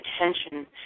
attention